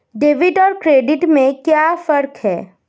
Debit और credit में क्या फर्क है?